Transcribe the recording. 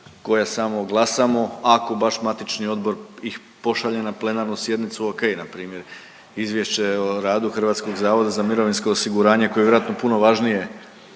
koje samo glasamo ako baš matični odbor ih pošalje na plenarnu sjednicu, ok, npr. izvješće o radu Hrvatskog zavoda za mirovinsko osiguranje koje je vjerojatno puno važnije